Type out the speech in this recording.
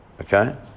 Okay